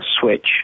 switch